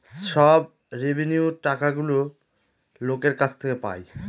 সব রেভিন্যুয়র টাকাগুলো লোকের কাছ থেকে পায়